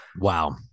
Wow